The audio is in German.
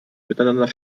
miteinander